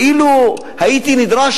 אילו הייתי נדרש,